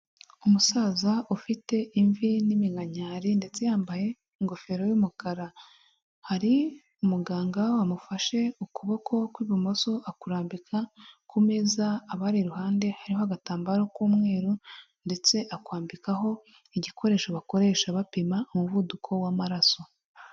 Umusaza ufite imvi n'iminkanyari ndetse yambaye ingofero y'umukara, hari umuganga wamufashe ukuboko kw'ibumoso akurambika ku meza abari iruhande, hariho agatambaro k'umweru ndetse akwambikaho igikoresho bakoresha bapima umuvuduko w'amaraso.